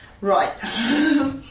Right